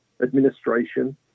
administration